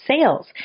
sales